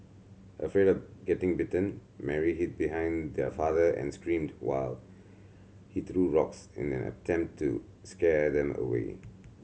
afraid of getting bitten Mary hid behind their father and screamed while he threw rocks in an attempt to scare them away